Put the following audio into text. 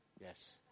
yes